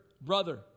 brother